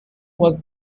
was